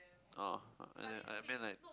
oh I I mean like